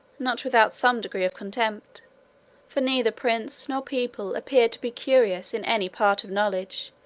not without some degree of contempt for neither prince nor people appeared to be curious in any part of knowledge,